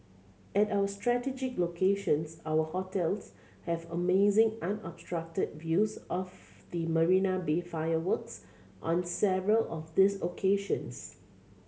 at our strategic locations our hotels have amazing unobstructed views of the Marina Bay fireworks on several of these occasions